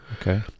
Okay